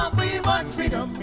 um my and freedom.